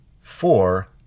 Four